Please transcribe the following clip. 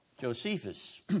Josephus